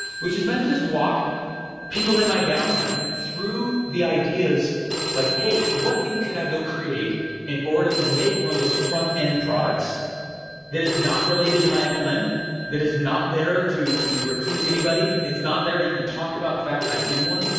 which is meant to just walk people in my downline through the ideas like, hey, what things could i go create in order to make one of those front-end products that is not related to my um ah mlm, that is not there to to recruit anybody, it's not there to even talk about the fact that i'm in one,